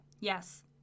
Yes